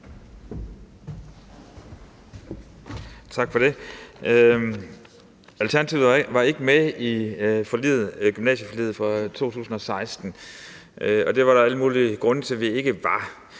Tak for det. Alternativet var ikke med i gymnasieforliget fra 2016, og det var der alle mulige grunde til vi ikke var.